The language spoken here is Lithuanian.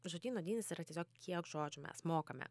žodyno dydis yra tiesiog kiek žodžių mes mokame